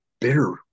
bitter